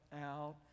out